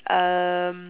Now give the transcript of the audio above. erm